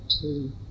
two